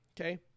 Okay